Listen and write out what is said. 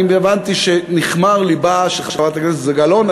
אני הבנתי שנכמר לבה של חברת הכנסת זהבה גלאון.